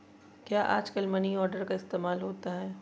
क्या आजकल money order का इस्तेमाल होता है?